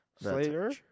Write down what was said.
Slater